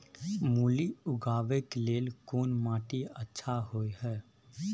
मूली उगाबै के लेल कोन माटी अच्छा होय है?